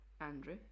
Andrew